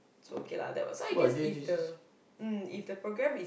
so okay lah that was so I guess if the mm if the program is